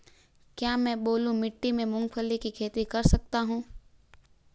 क्या मैं बालू मिट्टी में मूंगफली की खेती कर सकता हूँ?